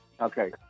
Okay